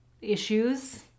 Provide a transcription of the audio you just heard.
Issues